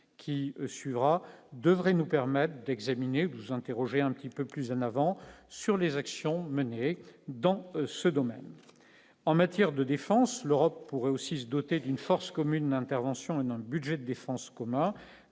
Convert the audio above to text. qui suivra devrait nous permettent d'examiner, nous interroger un petit peu plus en avant sur les actions menées dans ce domaine en matière de défense, l'Europe pourrait aussi se doter d'une force commune d'intervention dans le budget défense commun,